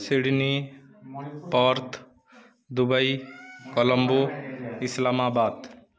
Sydney Perth Dubai Colombo Islamabad